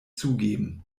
zugeben